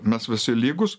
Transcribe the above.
mes visi lygūs